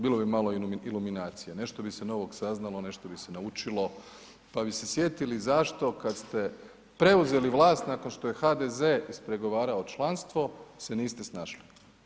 Bilo bi malo iluminacije, nešto bi se novog saznalo, nešto bi se naučilo pa bi se sjetili zašto kad ste preuzeli vlast nakon što je HDZ ispregovarao članstvo se niste snašli.